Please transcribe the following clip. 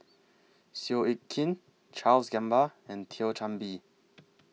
Seow Yit Kin Charles Gamba and Thio Chan Bee